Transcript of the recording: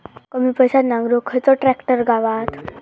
कमी पैशात नांगरुक खयचो ट्रॅक्टर गावात?